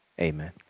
Amen